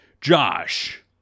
Josh